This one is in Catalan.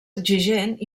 exigent